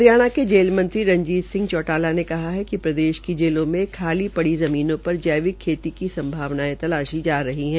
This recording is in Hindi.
हरियाणा के जेल मंत्री रंजीत सिंह चौटाला ने कहा है कि प्रदेश की जेलों में खाली पड़ी ज़मीन पर जैविक खेती की संभावनायें तलाशी जा रही है